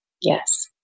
Yes